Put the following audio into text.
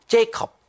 Jacob